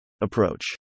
Approach